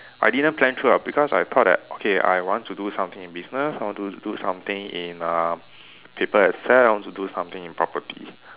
I didn't plan through ah because I thought that okay I want to do something in business I want to do something in uh paper asset I want to do something in property